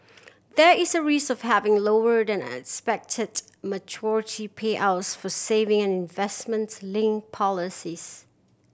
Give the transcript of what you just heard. there is a risk of having lower than expected maturity payouts for saving and investments linked policies